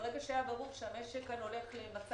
ברגע שהיה ברור שהמשק הולך למצב